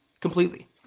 completely